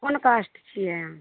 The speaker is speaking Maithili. कोन कास्ट छियै अहाँ